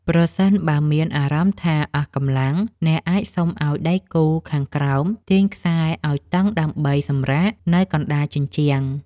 ប្រសិនបើមានអារម្មណ៍ថាអស់កម្លាំង អ្នកអាចសុំឱ្យដៃគូខាងក្រោមទាញខ្សែឱ្យតឹងដើម្បីសម្រាកនៅកណ្ដាលជញ្ជាំង។